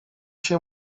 się